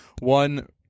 one